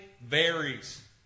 varies